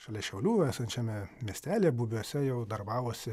šalia šiaulių esančiame miestelyje bubiuose jau darbavosi